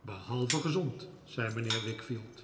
behalve gezond zei mijnheer